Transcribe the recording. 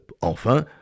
enfin